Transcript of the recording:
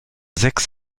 sechs